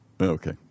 Okay